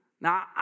Now